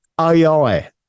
ai